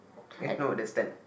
eh no that's ten